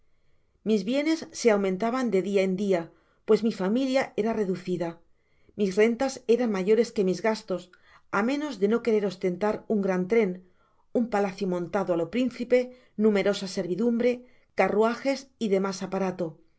mis bienes se aumentaban de dia en dia pues mi familia era reducida mis rentas eran mayores que mis gastos á menos de no querer ostentar un gran tren un palacio moulado á lo principe numerosa servidumbre carruajes y demas aparato